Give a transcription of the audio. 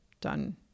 done